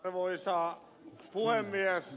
arvoisa puhemies